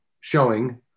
showing